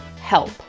help